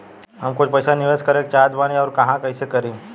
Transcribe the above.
हम कुछ पइसा निवेश करे के चाहत बानी और कहाँअउर कइसे करी?